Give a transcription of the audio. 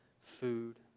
food